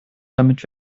damit